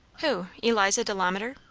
who, eliza delamater?